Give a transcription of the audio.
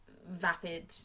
vapid